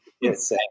Yes